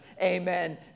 Amen